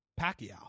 Pacquiao